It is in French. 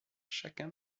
chacun